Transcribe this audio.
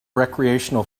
recreational